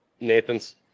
Nathan's